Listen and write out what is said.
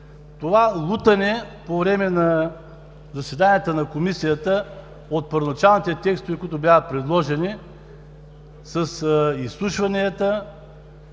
това лутане по време на заседанията на Комисията от първоначалните текстове, които бяха предложени, с изслушванията,